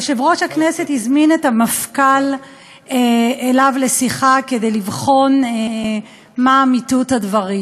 יושב-ראש הכנסת הזמין את המפכ"ל אליו לשיחה כדי לבחון מה אמיתות הדברים,